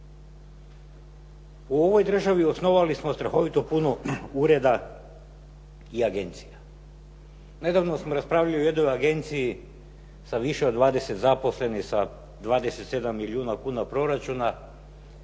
U ovoj državi osnovali smo strahovito puno ureda i agencija. Nedavno smo raspravljali u jednoj agenciji sa više od 20 zaposlenih, sa 27 milijuna kuna proračuna